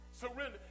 Surrender